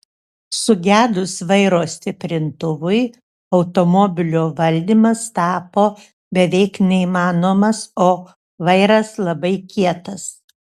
sugedus vairo stiprintuvui automobilio valdymas tapo beveik neįmanomas o vairas labai kietas